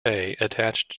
attached